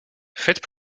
faites